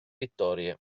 vittorie